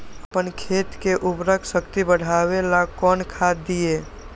अपन खेत के उर्वरक शक्ति बढावेला कौन खाद दीये?